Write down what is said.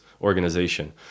organization